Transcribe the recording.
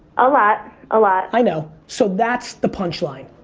a lot, a lot. i know. so that's the punchline,